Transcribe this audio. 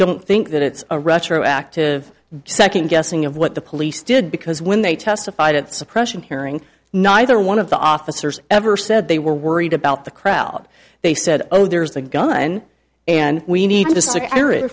don't think that it's a retroactive second guessing of what the police did because when they testified at the suppression hearing neither one of the officers ever said they were worried about the crowd they said oh there's a gun and we need to sic i